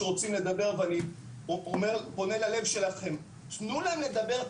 שרוצים לדבר ואני פונה ללב שלכם: תנו להם לדבר,